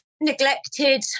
neglected